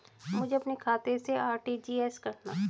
मुझे अपने खाते से आर.टी.जी.एस करना?